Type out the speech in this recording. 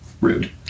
rude